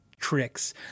tricks